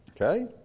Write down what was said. Okay